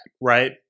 right